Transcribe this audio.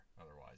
Otherwise